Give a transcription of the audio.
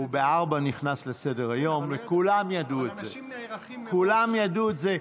הוא נכנס ב-16:00 לסדר-היום, וכולם ידעו את זה.